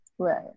Right